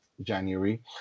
January